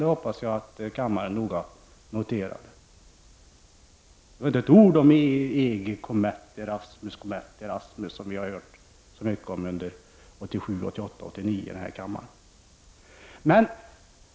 Jag hoppas att kammaren noga noterar detta. Inte ett ord om EG, om Erasmus, som vi har hört så mycket om 1987, 1988 och 1989 i denna kammare.